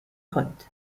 could